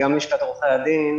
גם מלשכת עורכי הדין,